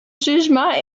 jugement